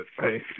hey